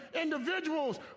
individuals